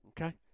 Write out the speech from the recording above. okay